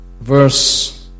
verse